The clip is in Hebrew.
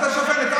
היושב-ראש,